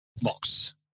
box